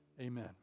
Amen